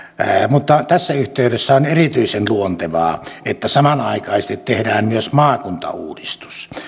mutta tässä yhteydessä on erityisen luontevaa että samanaikaisesti tehdään myös maakuntauudistus